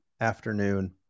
afternoon